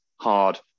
hard